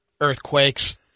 earthquakes